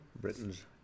britain's